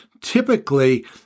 typically